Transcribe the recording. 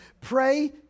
pray